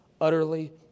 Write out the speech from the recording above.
utterly